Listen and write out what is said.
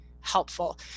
helpful